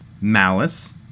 Malice